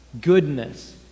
goodness